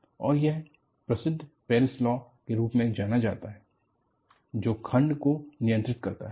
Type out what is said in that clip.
और यह प्रसिद्ध पेरेस लाॅ के रूप में जाना जाता है जो खंड को नियंत्रित करता है